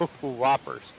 whoppers